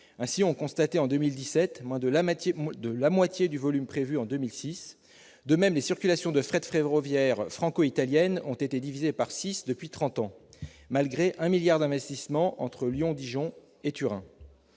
Ainsi, on constatait en 2017 moins de la moitié du volume prévu en 2006. De même, les circulations de fret ferroviaire franco-italiennes ont été divisées par six depuis trente ans, malgré 1 milliard d'euros d'investissements entre Lyon-Dijon et Turin.